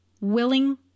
willing